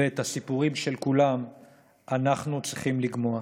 ואת הסיפורים של כולם אנחנו צריכים לגמוע.